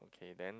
okay then